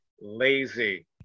lazy